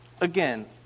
Again